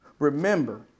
Remember